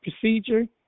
procedure